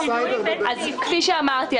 כפי שאמרתי,